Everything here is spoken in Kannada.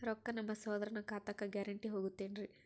ರೊಕ್ಕ ನಮ್ಮಸಹೋದರನ ಖಾತಕ್ಕ ಗ್ಯಾರಂಟಿ ಹೊಗುತೇನ್ರಿ?